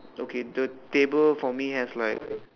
okay the table for me has like